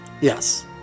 Yes